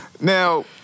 Now